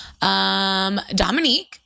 Dominique